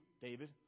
David